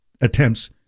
attempts